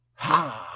ha!